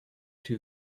two